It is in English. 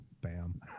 bam